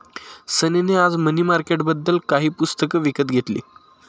सनी ने आज मनी मार्केटबद्दल काही पुस्तके विकत घेतली